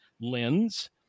lens